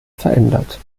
verändert